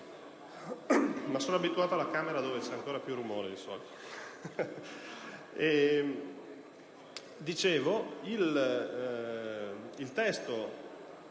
Sono abituato alla Camera, dove c'è ancora più rumore, di solito.